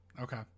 Okay